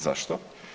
Zašto?